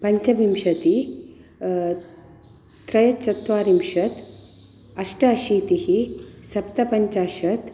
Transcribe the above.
पञ्चविंशतिः त्रयःचत्वारिंशत् अष्टाशीतिः सप्तपञ्चाशत्